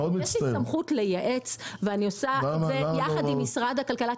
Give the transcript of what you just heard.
יש לי תפקיד לייעץ ואני עושה את זה יחד עם משרד הכלכלה.